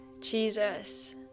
Jesus